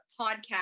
podcast